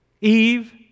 Eve